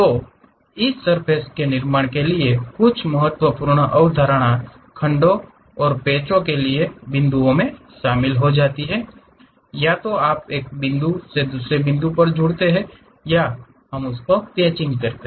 तो इस सर्फ़ेस निर्माण के लिए कुछ महत्वपूर्ण अवधारणाएं खंडों और पैचों के लिए बिंदुओं में शामिल हो जाती हैं या तो आप एक बिंदु से दूसरे बिंदु पर जुड़ते हैं या पैच हम करते हैं